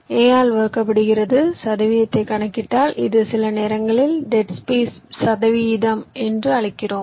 எனவே A ஆல் வகுக்கப்படுகிறது சதவீதத்தைக் கணக்கிட்டால் இது சில நேரங்களில் டெட் ஸ்பேஸ் சதவீதம் என்று அழைக்கிறோம்